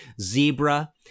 Zebra